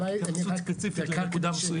וזו היתה התייחסות ספציפית לנקודה.